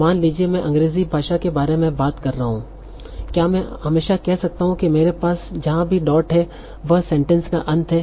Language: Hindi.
मान लीजिए मैं अंग्रेजी भाषा के बारे में बात कर रहा हूं क्या मैं हमेशा कह सकता हूं कि मेरे पास जहां भी डॉट है वह सेंटेंस का अंत है